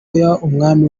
umwami